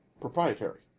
proprietary